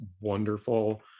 wonderful